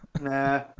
Nah